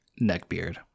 neckbeard